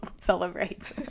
celebrate